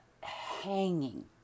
hanging